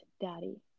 daddy